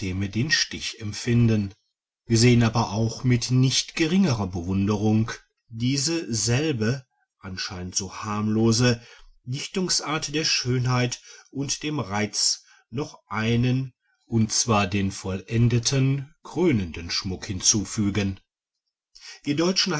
den stich empfinden wir sehen aber auch mit nicht geringerer bewunderung diese selbe anscheinend so harmlose dichtungsart der schönheit und dem reiz noch einen und zwar den vollendeten krönenden schmuck hinzufügen wir deutschen